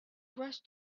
rush